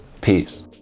Peace